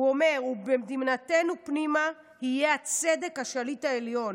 אומר: "ובמדינתנו פנימה יהיה הצדק השליט העליון,